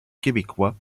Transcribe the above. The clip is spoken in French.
québécois